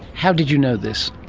how did you know this?